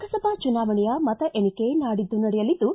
ಲೋಕಸಭಾ ಚುನಾವಣೆಯ ಮತ ಎಣಿಕೆ ನಾಡಿದ್ದು ನಡೆಯಲಿದ್ದು